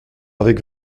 avec